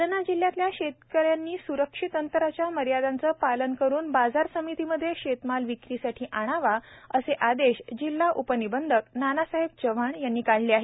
जालना जिल्ह्यातल्या शेतकऱ्याच्वी स्रक्षित अप्रराच्या मर्यादाच्वे पालन करून बाजार समितीमध्ये शेतमाल विक्रीसाठी आणावा असे आदेश जिल्हा उपनिबधक नानासाहेब चव्हाण याच्री काढले आहेत